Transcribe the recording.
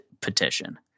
petition